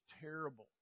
terrible